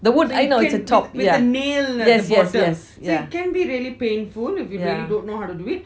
the wood I know it's a top yeah yes yes yes yeah yeah